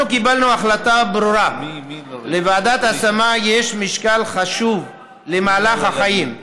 אנחנו קיבלנו החלטה ברורה: לוועדת ההשמה יש משקל חשוב למהלך החיים.